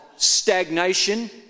stagnation